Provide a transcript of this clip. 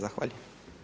Zahvaljujem.